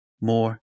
more